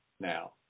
now